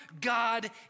God